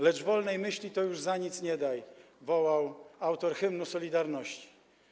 Lecz wolnej myśli - tej już za nic nie daj” - wołał autor hymnu „Solidarności”